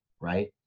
right